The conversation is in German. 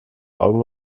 augen